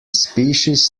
species